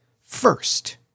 first